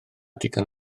digon